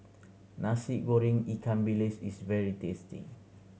Nasi Goreng ikan bilis is very tasty